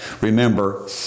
remember